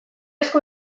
esku